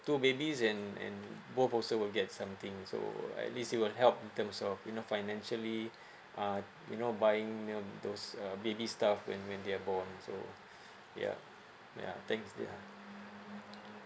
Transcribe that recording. two babies and and both also will get something so at least you will help in terms of you know financially uh you know buying mm those uh baby stuff and when they are born so yeah yeah thanks yeah